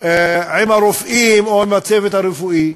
עם הרופאים או עם הצוות הרפואי.